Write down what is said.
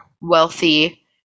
wealthy